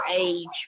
age